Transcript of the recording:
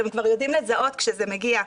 הם כבר יודעים לזהות כשזה מגיע,